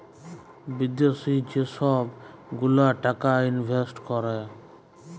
বিদ্যাশি যে ছব গুলা টাকা ইলভেস্ট ক্যরে